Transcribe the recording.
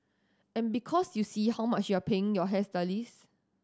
and because you see how much you're paying your hairstylist